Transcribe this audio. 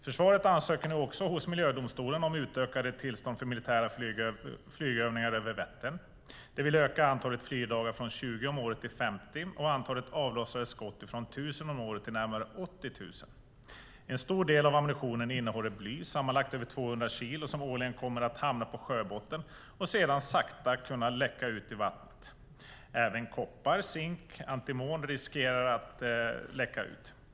Försvaret ansöker nu också hos miljödomstolen om utökade tillstånd för militära flygövningar över Vättern. De vill öka antalet flygdagar från 20 om året till 50 och antalet avlossade skott från 1 000 om året till närmare 80 000. En stor del av ammunitionen innehåller bly, sammanlagt över 200 kilo, som årligen kommer att hamna på sjöbotten och sedan sakta läcka ut i vattnet. Även koppar, zink och antimon riskerar att läcka ut.